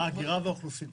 רשות ההגירה והאוכלוסין.